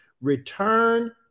return